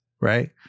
right